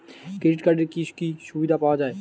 Credit কার্ডের কি কি সুবিধা পাওয়া যায়?